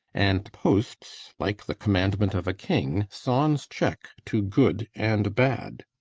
and posts, like the commandment of a king, sans check, to good and bad.